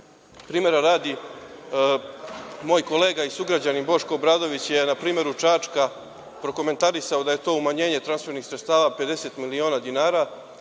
Primera radi, moj kolega i sugrađanin Boško Obradović je na primeru Čačka prokomentarisao da je to umanjenje transfernih sredstava 50 miliona dinara,